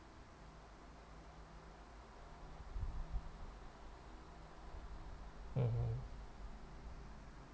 mmhmm